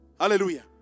Hallelujah